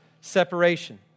separation